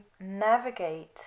navigate